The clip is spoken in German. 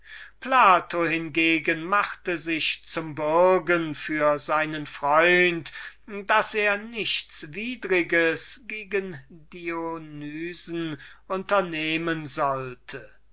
plato hingegen machte sich zum bürgen für seinen freund daß er nichts widriges gegen dionysen unternehmen sollte